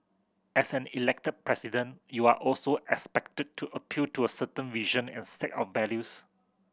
as an Elected President you are also expected to appeal to a certain vision and set of values